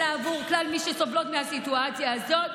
אלא עבור כלל מי שסובלות מהסיטואציה הזאת.